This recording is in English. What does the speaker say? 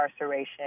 incarceration